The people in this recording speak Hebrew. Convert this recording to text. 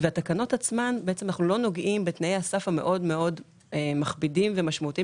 בתקנות עצמן אנחנו לא נוגעים בתנאי הסף המאוד מאוד מכבידים ומשמעותיים